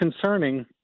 concerning